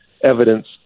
evidence